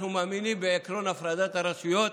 אנחנו מאמינים בעקרון הפרדת הרשויות,